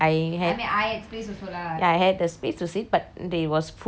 ya I had a space to sit but it was full filled with people